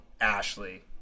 Ashley